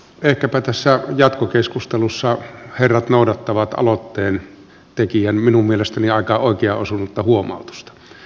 ehkäpä tässä jatkokeskustelussa herrat noudattavat aloitteentekijän minun mielestäni aika oikeaan osunutta huomautusta